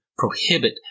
Prohibit